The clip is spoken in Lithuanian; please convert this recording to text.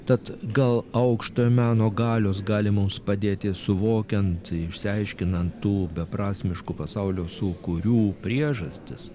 tad gal aukštojo meno galios gali mums padėti suvokiant išsiaiškinant tų beprasmiškų pasaulio sūkurių priežastis